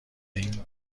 این